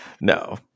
No